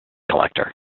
collector